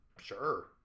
Sure